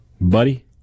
Buddy